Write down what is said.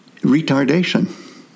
Retardation